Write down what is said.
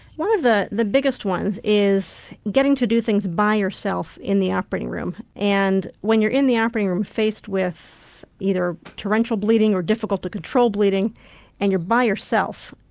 one of the the biggest ones is getting to do things by yourself in the operating room and when you're in the operating room, faced with either torrential bleeding or difficult to control bleeding and you're by yourself,